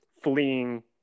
fleeing